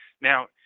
Now